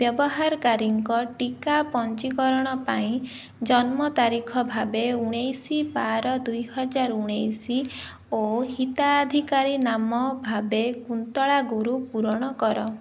ବ୍ୟବହାରକାରୀଙ୍କ ଟୀକା ପଞ୍ଜୀକରଣ ପାଇଁ ଜନ୍ମ ତାରିଖ ଭାବେ ଉଣେଇଶ ବାର ଦୁଇ ହଜାର ଉଣେଇଶ ଓ ହିତାଧିକାରୀ ନାମ ଭାବେ କୁନ୍ତଳା ଗୁରୁ ପୂରଣ କର